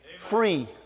free